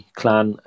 clan